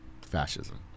fascism